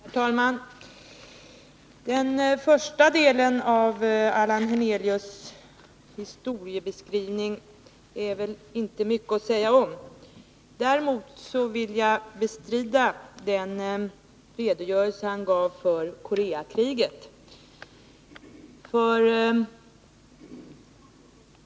Herr talman! Den första delen av Allan Hernelius historiebeskrivning är det väl inte mycket att säga om. Däremot vill jag bestrida riktigheten av den redogörelse han gav för Koreakriget.